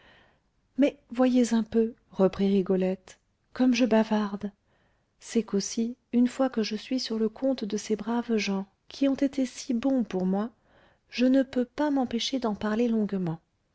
mais voyez un peu reprit rigolette comme je bavarde c'est qu'aussi une fois que je suis sur le compte de ces braves gens qui ont été si bons pour moi je ne peux pas m'empêcher d'en parler longuement